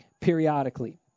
periodically